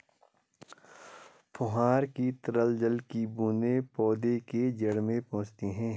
फुहार की तरह जल की बूंदें पौधे के जड़ में पहुंचती है